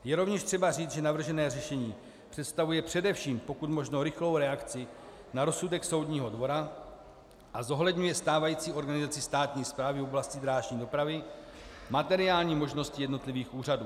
Je rovněž třeba říci, že navržené řešení představuje především pokud možno rychlou reakci na rozsudek Soudního dvora a zohledňuje stávající organizaci státní správy v oblasti drážní dopravy, materiální možnosti jednotlivých úřadů.